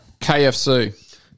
KFC